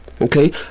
okay